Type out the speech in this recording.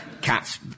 cats